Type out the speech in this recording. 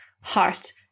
heart